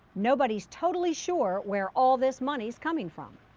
nobody's totally sure where all this money's coming from.